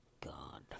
God